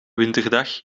winterdag